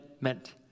meant